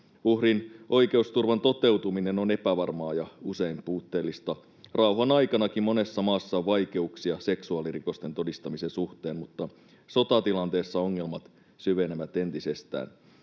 Uhrin oikeusturvan toteutuminen on epävarmaa ja usein puutteellista. Rauhanaikanakin monessa maassa on vaikeuksia seksuaalirikosten todistamisen suhteen, mutta sotatilanteessa ongelmat syvenevät entisestään.